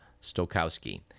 Stokowski